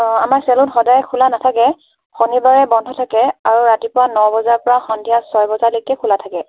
অ' আমাৰ চেলুন সদাই খোলা নাথাকে শনিবাৰে বন্ধ থাকে আৰু ৰাতিপুৱা ন বজাৰ পৰা সন্ধিয়া ছয় বজালৈকে খোলা থাকে